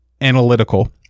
analytical